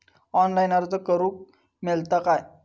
Online अर्ज करूक मेलता काय?